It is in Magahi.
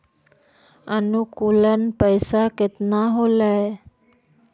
अनुकुल पैसा केतना होलय